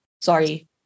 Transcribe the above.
sorry